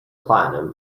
platinum